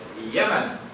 Yemen